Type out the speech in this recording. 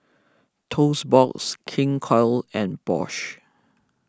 Toast Box King Koil and Bosch